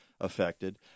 affected